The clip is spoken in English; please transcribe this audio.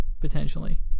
potentially